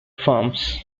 farms